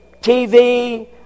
TV